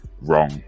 wrong